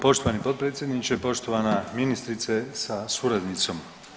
Poštovani potpredsjedniče, poštovana ministrice sa suradnicom.